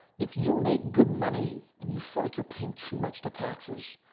if you make good money and you feel like you're paying too much to taxes,